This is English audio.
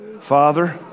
Father